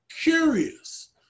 curious